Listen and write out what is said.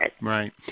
Right